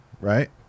right